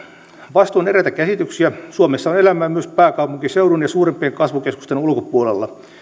vastoin eräitä käsityksiä suomessa on elämää myös pääkaupunkiseudun ja suurimpien kasvukeskusten ulkopuolella